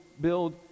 build